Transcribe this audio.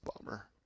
Bummer